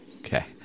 okay